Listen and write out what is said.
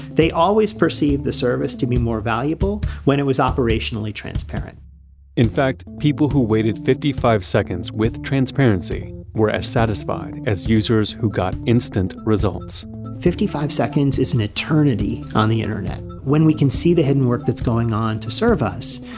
they always perceive the service to be more valuable when it was operationally transparent in fact, people who waited fifty five seconds with transparency were as satisfied as users who got instant results fifty-five seconds is an eternity on the internet. when we can see the hidden work that's going on to serve us,